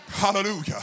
hallelujah